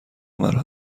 مرا